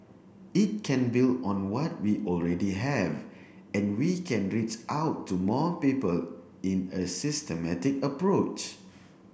it can build on what we already have and we can reach out to more people in a systematic approach